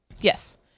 Yes